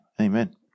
Amen